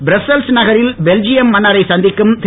Brussels நகரில் Belgium மன்னரை சந்திக்கும் திரு